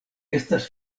estas